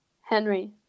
Henry